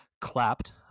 clapped